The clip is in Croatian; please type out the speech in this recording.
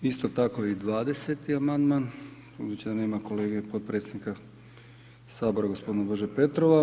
Isto tako i 20. amandman budući da nema kolege podpredsjednika sabora gospodina Bože Petrova.